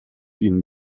ihnen